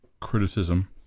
criticism